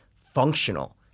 functional